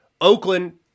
Oakland